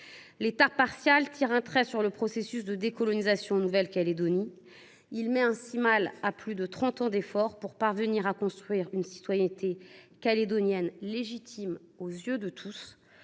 L’État partial tire un trait sur le processus de décolonisation en Nouvelle Calédonie. Il met à mal plus de trente ans d’efforts pour parvenir à construire une citoyenneté calédonienne légitime aux yeux de tous,